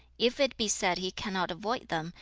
if it be said he cannot avoid them,